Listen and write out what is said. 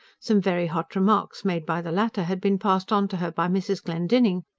some very hot remarks made by the latter had been passed on to her by mrs. glendinning.